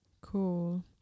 Cool